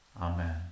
Amen